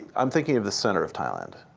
i'm thinking of the center of thailand.